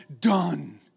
done